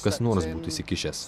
kas nors būtų įsikišęs